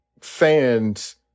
fans